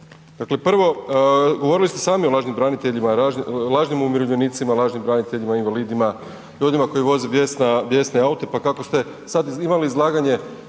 dakle prvo govorili ste sami o lažnim braniteljima i lažnim umirovljenicima, lažnim braniteljima invalidima, ljudima koji voze bjesne aute, pa kako ste sad imali izlaganje